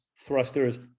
thrusters